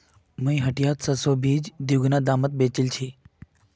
मुई हटियात सरसोर बीज दीगुना दामत बेचील छि